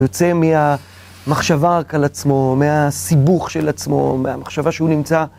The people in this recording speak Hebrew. הוא יוצא מהמחשבה רק על עצמו, מהסיבוך של עצמו, מהמחשבה שהוא נמצא